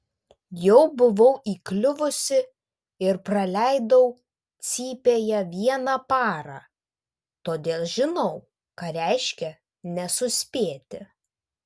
jau buvau įkliuvusi ir praleidau cypėje vieną parą todėl žinau ką reiškia nesuspėti